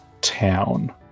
town